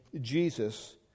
Jesus